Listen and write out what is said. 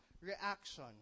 reaction